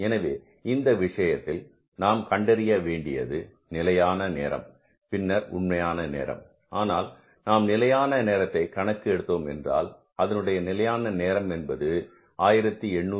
எனவே இந்த விஷயத்தில் நாம் கண்டறிய வேண்டியது நிலையான நேரம் பின்னர் உண்மையான நேரம் ஆனால் நாம் நிலையான நேரத்தை கணக்கு எடுத்தோம் என்றால் அதனுடைய நிலையான நேரம் என்பது 1880